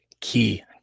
key